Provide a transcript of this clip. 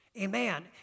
Amen